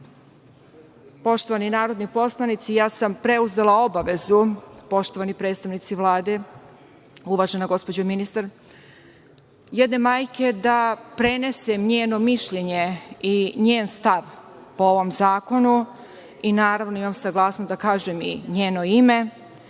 poštovani narodni poslanici, ja sam preuzela obavezu, poštovani predstavnici Vlade, uvažena gospođo ministar, jedne majke da prenesem njeno mišljenje i njen stav po ovom zakonu. Naravno, imam saglasnost da kažem i njeno ime.